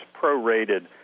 prorated